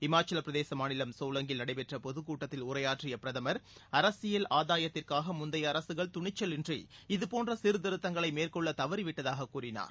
இமாச்சல பிரதேச மாநிலம் சோலஙகில் நடைபெற்ற பொதுக்கூட்டத்தில் உரையாற்றிய பிரதமர் அரசியல் ஆதாயத்திற்காக முந்தைய அரசுகள் துணிச்சலின்றி இதபோன்ற சீர்திருத்தங்களை மேற்கொள்ள தவறிவிட்டதாகக் கூறினார்